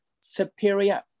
superior